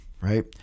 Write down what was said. right